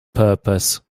purpose